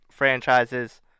franchises